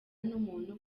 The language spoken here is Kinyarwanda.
n’umuntu